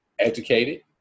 Educated